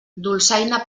dolçaina